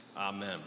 amen